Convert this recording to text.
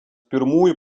pirmųjų